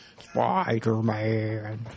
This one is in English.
Spider-Man